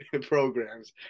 programs